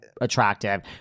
attractive